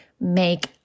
make